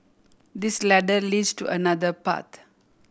this ladder leads to another path